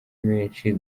menshi